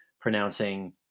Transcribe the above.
pronouncing